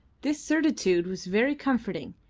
this certitude was very comforting,